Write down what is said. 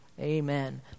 amen